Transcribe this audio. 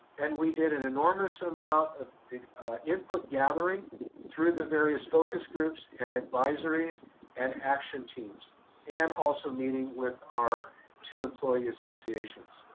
and we did an enormous amount of input gathering through the various focus groups and advisories and action teams and also meeting with our two employee associations.